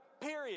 period